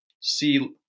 see